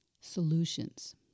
solutions